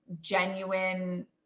genuine